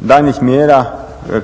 daljnjih mjera